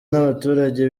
n’abaturage